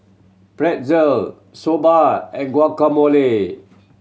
Pretzel Soba and Guacamole